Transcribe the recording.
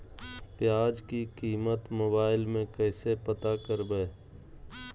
प्याज की कीमत मोबाइल में कैसे पता करबै?